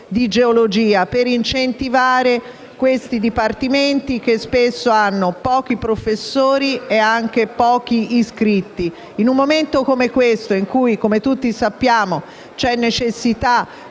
l'università, per incentivare i dipartimenti di geologia che spesso hanno pochi professori e anche pochi iscritti. In un momento come questo, in cui, come tutti sappiamo, vi è la necessità